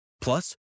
Plus